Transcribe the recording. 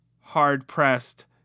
hard-pressed